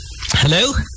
hello